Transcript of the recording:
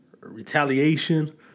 Retaliation